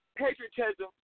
patriotism